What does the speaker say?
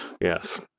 yes